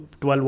12